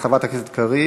של חברת הכנסת קריב.